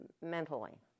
mentally